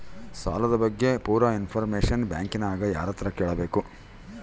ಸಾಲದ ಬಗ್ಗೆ ಪೂರ ಇಂಫಾರ್ಮೇಷನ ಬ್ಯಾಂಕಿನ್ಯಾಗ ಯಾರತ್ರ ಕೇಳಬೇಕು?